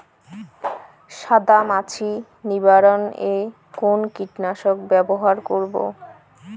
সাদা মাছি নিবারণ এ কোন কীটনাশক ব্যবহার করব?